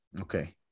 Okay